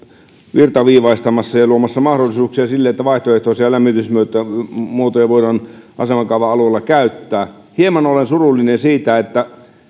virtaviivaistamassa ja luomassa mahdollisuuksia siihen että vaihtoehtoisia lämmitysmuotoja voidaan asemakaava alueella käyttää hieman olen surullinenkin